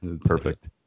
Perfect